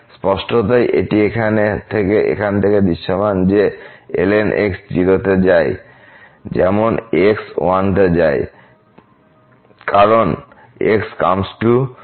স্পষ্টতই এটি এখান থেকে দৃশ্যমান যে ln x 0 তে যায় যেমন x 1 তে যায় কারণ x∈ 01